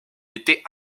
était